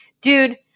dude